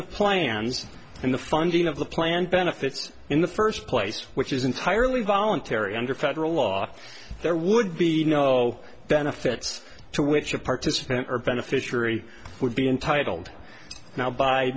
of plans and the funding of the plan benefits in the first place which is entirely voluntary under federal law there would be no benefits to which a participant or beneficiary would be entitled now by